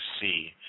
see